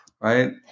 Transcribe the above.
right